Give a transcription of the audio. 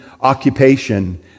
occupation